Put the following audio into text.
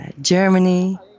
Germany